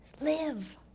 Live